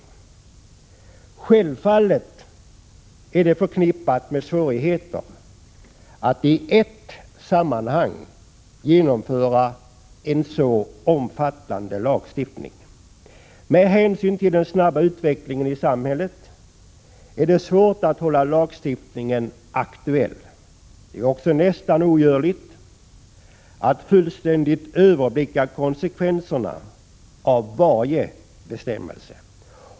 Självfallet är det förknippat med svårigheter att i ett sammanhang genomföra en så omfattande lagstiftning. Med hänsyn till den snabba utvecklingen i samhället är det svårt att hålla lagstiftningen aktuell. Det är också nästan ogörligt att fullständigt överblicka konsekvenserna av varje bestämmelse.